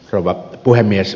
rouva puhemies